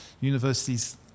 universities